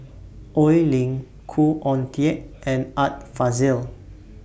Oi Lin Khoo Oon Teik and Art Fazil